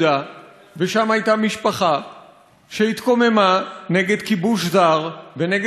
ושם הייתה משפחה שהתקוממה נגד כיבוש זר ונגד שליט זר,